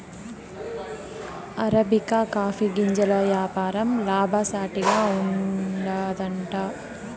arabica coffee గింజల యాపారం లాభసాటిగా ఉండాదట